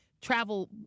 travel